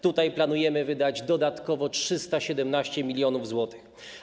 Tutaj planujemy wydać dodatkowo 317 mln zł.